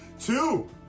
Two